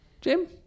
Jim